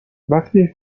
وقتی